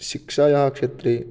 शिक्षायाः क्षेत्रे